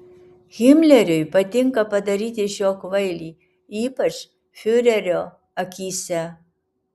himleriui patinka padaryti iš jo kvailį ypač fiurerio akyse